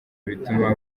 ibituma